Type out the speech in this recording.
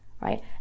right